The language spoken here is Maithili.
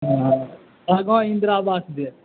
हॅं आगाँ इन्द्रा आवास देत